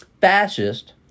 fascist